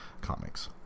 comics